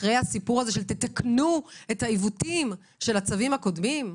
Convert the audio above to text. אחרי הסיפור הזה שתתקנו את העיוותים של הצווים הקודמים?